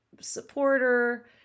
supporter